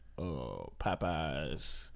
Popeye's